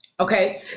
Okay